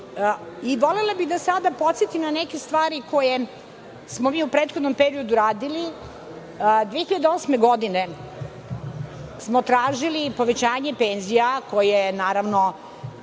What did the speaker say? ostvare. Volela bih sada da podsetim na neke stvari koje smo mi u prethodnom periodu radili. Godine 2008. smo tražili povećanje penzija koje, naravno,